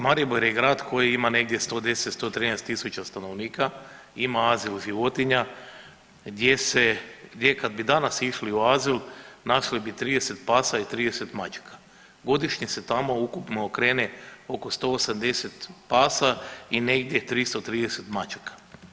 Maribor je grad koji ima negdje 110-113 tisuća stanovnika, ima azil životinja gdje se, gdje kad bi danas išli u azil našli bi 30 pasa i 30 mačaka, godišnje se tamo ukupno okrene oko 180 pasa i negdje 330 mačaka.